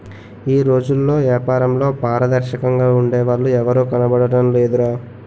ఈ రోజుల్లో ఏపారంలో పారదర్శకంగా ఉండే వాళ్ళు ఎవరూ కనబడడం లేదురా